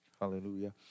hallelujah